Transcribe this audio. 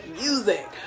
music